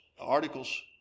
articles